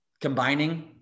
combining